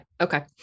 Okay